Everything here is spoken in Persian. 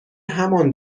همان